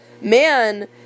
man